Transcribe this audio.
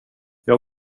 jag